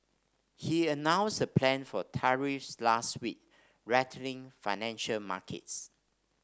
he announced the plan for tariffs last week rattling financial markets